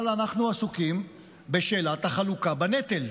אבל אנחנו עסוקים בשאלת החלוקה בנטל,